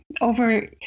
over